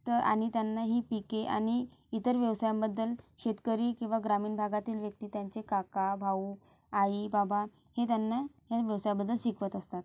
तर आणि त्यांना ही पिके आणि इतर व्यवसायांबद्दल शेतकरी किंवा ग्रामीण भागातील व्यक्ती त्यांचे काका भाऊ आई बाबा हे त्यांना ह्या व्यवसायाबद्दल शिकवत असतात